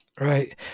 Right